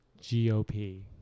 GOP